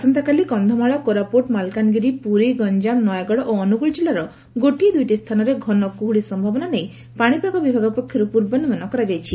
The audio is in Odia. ଆସନ୍ତାକାଲି କକ୍ଷମାଳ କୋରାପୁଟ ମାଲକାନଗିରି ପୁରୀ ଗଞାମ ନୟାଗଡ଼ ଓ ଅନୁଗୁଳ ଜିଲ୍ଲାର ଗୋଟିଏ ଦୁଇଟି ସ୍ଥାନରେ ଘନ କୁହୁଡ଼ି ସ୍ୟାବନା ନେଇ ପାଶିପାଗ ବିଭାଗ ପକ୍ଷରୁ ପୂର୍ବାନୁମାନ କରାଯାଇଛି